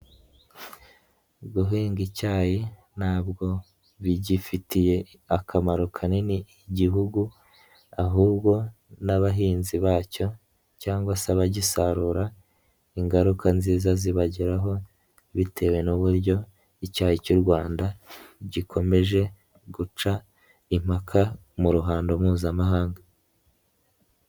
Guhinga icyayi ntabwo bigifitiye akamaro kanini Igihugu ahubwo n'abahinzi bacyo cyangwa se abagisarura ingaruka nziza zibageraho bitewe n'uburyo icyayi cy'u Rwanda gikomeje guca impaka mu ruhando mpuzamahanga.